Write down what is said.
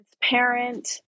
transparent